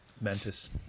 Mantis